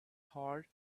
heart